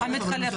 המתחלף.